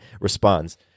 responds